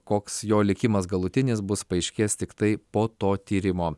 koks jo likimas galutinis bus paaiškės tiktai po to tyrimo